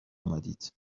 آمدید